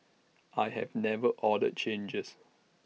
I have never ordered changes